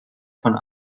von